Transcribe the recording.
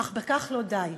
אך בכך לא די,